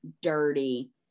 dirty